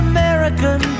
American